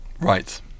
right